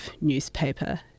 newspaper